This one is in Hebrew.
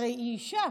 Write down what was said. הרי היא אישה.